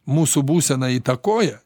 mūsų būseną įtakoja